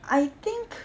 I think